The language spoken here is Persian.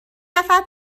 نفر